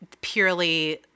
purely